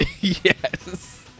Yes